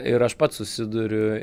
ir aš pats susiduriu